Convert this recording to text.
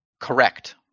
correct